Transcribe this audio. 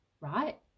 right